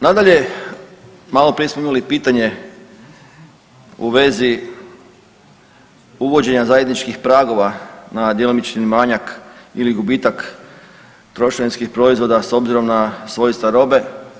Nadalje, malo prije smo imali pitanje u vezi uvođenja zajedničkih pragova na djelomični manjak ili gubitak trošarinskih proizvoda s obzirom na svojstva robe.